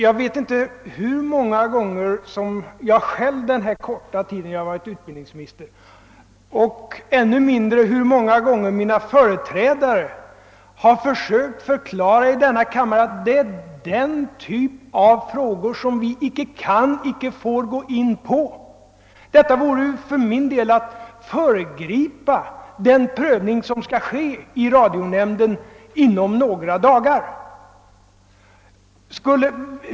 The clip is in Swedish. Jag vet inte hur många gånger jag själv under den korta tid jag har varit utbildningsminister och ännu mindre hur många gånger 'mina företrädare har försökt förklara i detna kammare, att vi icke kan och icke får svara på denna typ av frågor. Detta vore för min del att föregripa den prövning som skall ske i radionämnden inom några dagar.